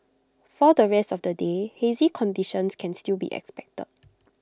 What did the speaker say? for the rest of the day hazy conditions can still be expected